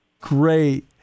great